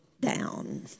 down